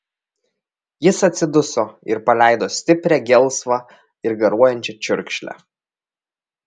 jis atsiduso ir paleido stiprią gelsvą ir garuojančią čiurkšlę